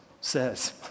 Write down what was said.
says